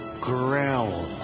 Growl